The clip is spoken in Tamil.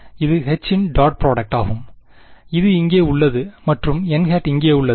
இதுHஇன் டாட் புரொடக்ட் ஆகும் இது இங்கே உள்ளது மற்றும் n இங்கே உள்ளது